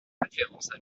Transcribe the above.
référence